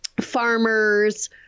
farmers